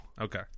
Okay